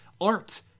art